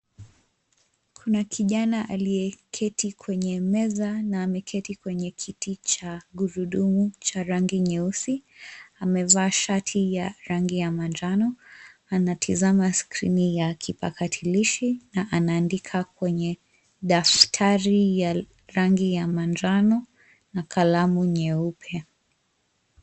Kuna kijana aliyeketi kwenye meza na ameketi kwenye kiti cha gurudumu cha rangi nyeusi, amevaa shati ya rangi ya manjano anatizama skrini ya kipakatilishi na anaandika kwenye daftari ya rangi ya manjano na kalamu nyeupe.